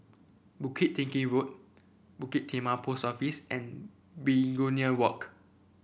Bukit Tinggi Road Bukit Timah Post Office and Begonia Walk